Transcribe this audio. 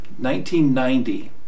1990